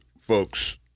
folks